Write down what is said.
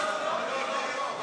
גברתי היושבת-ראש, לא, לא.